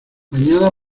bañada